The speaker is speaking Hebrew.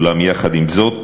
אולם יחד עם זאת